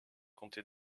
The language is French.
comté